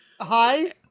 hi